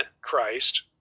Christ